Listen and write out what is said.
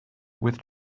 with